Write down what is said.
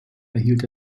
erhielt